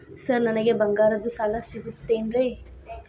Sir ನನಗೆ ಬಂಗಾರದ್ದು ಸಾಲ ಸಿಗುತ್ತೇನ್ರೇ?